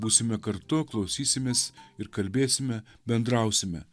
būsime kartu klausysimės ir kalbėsime bendrausime